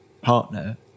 partner